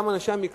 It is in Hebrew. גם אנשי המקצוע,